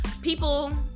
People